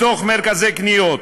בתוך מרכזי קניות,